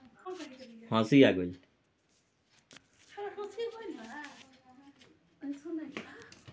राइ एकटा घास छै जकरा सँ ओन, घाल आ दारु तीनु काज लेल जाइ छै